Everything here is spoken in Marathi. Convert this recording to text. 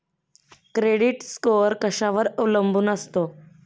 क्रेडिट स्कोअर कशावर अवलंबून असतो?